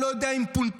אני לא יודע אם פונתה",